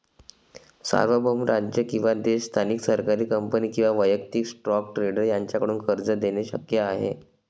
सार्वभौम राज्य किंवा देश स्थानिक सरकारी कंपनी किंवा वैयक्तिक स्टॉक ट्रेडर यांच्याकडून कर्ज देणे शक्य आहे